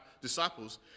disciples